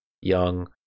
young